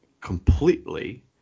completely